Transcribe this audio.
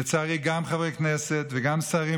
לצערי גם חברי כנסת וגם שרים,